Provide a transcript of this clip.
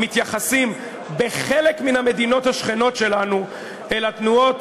מתייחסים בחלק מן המדינות השכנות שלנו אל התנועות